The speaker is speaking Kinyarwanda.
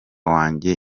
wanjye